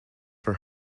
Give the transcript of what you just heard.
for